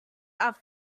are